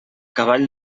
cavall